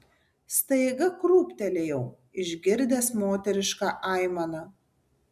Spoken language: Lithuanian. staiga krūptelėjau išgirdęs moterišką aimaną